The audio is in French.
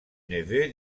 neveu